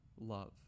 love